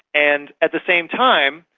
and at the same time,